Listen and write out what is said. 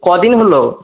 কদিন হল